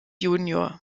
jun